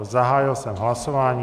Zahájil jsem hlasování.